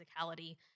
physicality